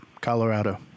Colorado